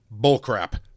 bullcrap